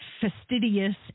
fastidious